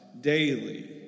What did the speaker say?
daily